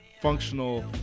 functional